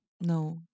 No